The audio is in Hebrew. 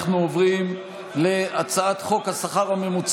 לפיכך אני קובע שהצעת חוק הבחירות לכנסת